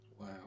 wow